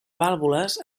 vàlvules